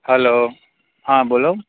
hello હા બોલો